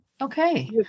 Okay